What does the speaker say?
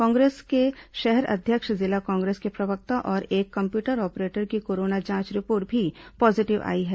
कांग्रेस के शहर अध्यक्ष जिला कांग्रेस के प्रवक्ता और एक कम्प्यूटर ऑपरेटर की कोरोना जांच रिपोर्ट भी पॉजीटिव आई है